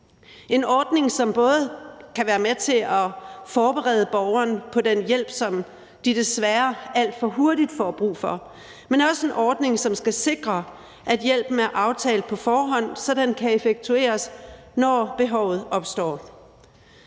en ordning, som både kan være med til at forberede borgerne på den hjælp, som de desværre alt for hurtigt får brug for, men det er også en ordning, som skal sikre, at hjælpen er aftalt på forhånd, så den kan effektueres, når behovet opstår.